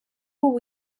ubu